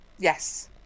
Yes